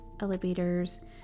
elevators